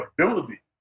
ability